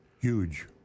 Huge